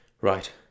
Right